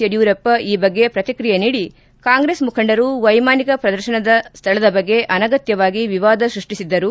ಯಡಿಯೂರಪ್ಪ ಈ ಬಗ್ಗೆ ಪ್ರತಿಕ್ರಿಯೆ ನೀಡಿ ಕಾಂಗ್ರೆಸ್ ಮುಖಂಡರು ಮೈಮಾನಿಕ ಪ್ರದರ್ಶನ ಸ್ಥಳದ ಬಗ್ಗೆ ಅನಗತ್ಯವಾಗಿ ವಿವಾದ ಸ್ಕಷ್ಟಿಸಿದ್ದರು